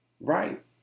Right